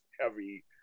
heavy